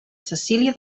cecília